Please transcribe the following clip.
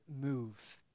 Move